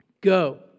Go